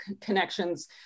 connections